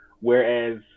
whereas